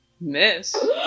Miss